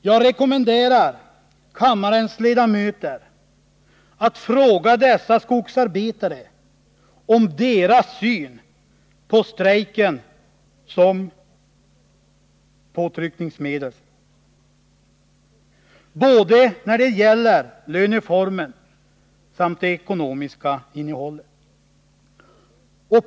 Jag rekommenderar kammarens ledamöter att fråga dessa skogsarbetare om deras syn på strejkens betydelse som påtryckningsmedel både när det gäller löneformen och när det gäller det ekonomiska innehållet.